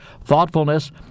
thoughtfulness